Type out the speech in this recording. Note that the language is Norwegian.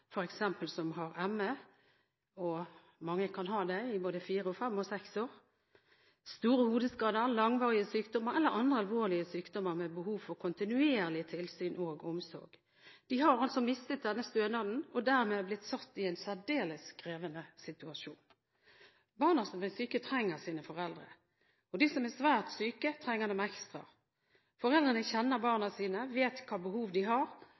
som f.eks. har ME – og mange kan ha det i både fire og fem og seks år – store hodeskader, langvarige sykdommer eller andre alvorlig sykdommer med behov for kontinuerlig tilsyn og omsorg, har mistet denne stønaden og dermed blitt satt i en særdeles krevende situasjon. Barna som er syke, trenger sine foreldre, og de som er svært syke, trenger dem ekstra. Foreldrene kjenner barna sine og vet hvilke behov de har,